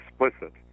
explicit